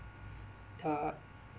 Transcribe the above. the